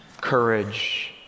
courage